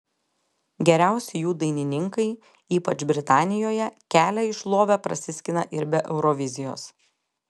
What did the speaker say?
geriausi jų dainininkai ypač britanijoje kelią į šlovę prasiskina ir be eurovizijos